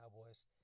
Cowboys